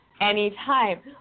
anytime